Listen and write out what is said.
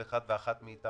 אבל הוא חולה.